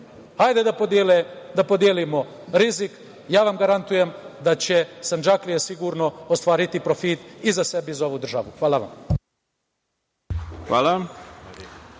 Hajde da podelimo rizik. Ja vam garantujem da će Sandžaklije sigurno ostvariti profit i za sebe i za ovu državu. Hvala vam.